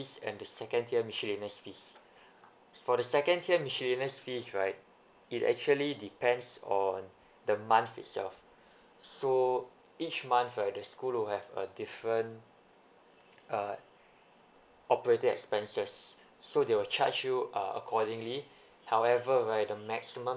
and the second tier miscellaneous fees for the second tier miscellaneous fees right it actually depends on the month itself so each month uh the school will have a different uh operating expenses so they will charge you uh accordingly however right the maximum